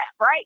right